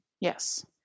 Yes